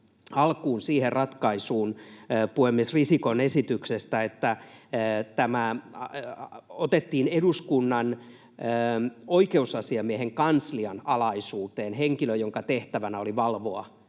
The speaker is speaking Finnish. alkuun siihen ratkaisuun, että otettiin Eduskunnan oikeusasiamiehen kanslian alaisuuteen henkilö, jonka tehtävänä oli valvoa